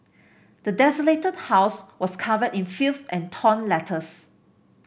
the desolated house was covered in filth and torn letters